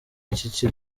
iki